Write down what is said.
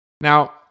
Now